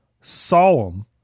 solemn